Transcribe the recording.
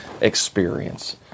experience